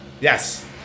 Yes